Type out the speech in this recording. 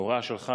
בהוראה שלך,